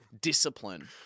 Discipline